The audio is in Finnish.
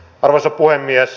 arvoisa puhemies